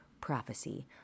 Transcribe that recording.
prophecy